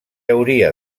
hauria